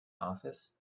office